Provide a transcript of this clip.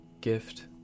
gift